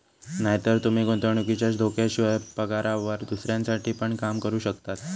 नायतर तूमी गुंतवणुकीच्या धोक्याशिवाय, पगारावर दुसऱ्यांसाठी पण काम करू शकतास